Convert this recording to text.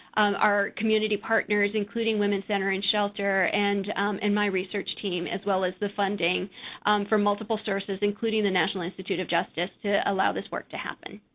our community partners including women's center and shelter and and my research team as well as the funding from multiple sources, including the national institute of justice to allow this work to happen.